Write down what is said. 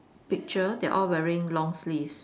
picture they are all wearing long sleeves